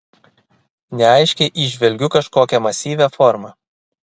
neaiškiai įžvelgiu kažkokią masyvią formą